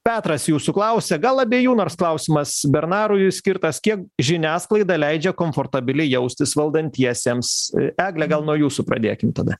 petras jūsų klausia gal abiejų nors klausimas bernarui skirtas kiek žiniasklaida leidžia komfortabiliai jaustis valdantiesiems egle gal nuo jūsų pradėkim tada